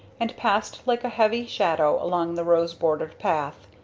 and passed like a heavy shadow along the rose-bordered path.